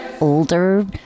older